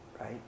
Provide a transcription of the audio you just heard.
right